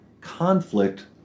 conflict